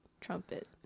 trumpet